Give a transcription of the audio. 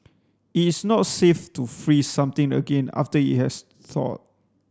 it's not safe to freeze something again after it has thawed